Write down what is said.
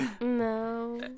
No